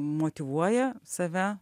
motyvuoja save